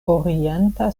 orienta